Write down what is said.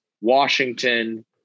Washington